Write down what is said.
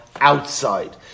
outside